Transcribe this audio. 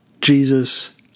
Jesus